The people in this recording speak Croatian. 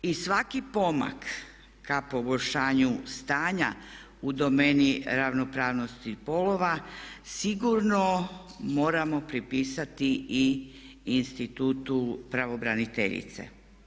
I svaki pomak ka poboljšanju stanja u domeni ravnopravnosti spolova sigurno moramo pripisati i institutu pravobraniteljice.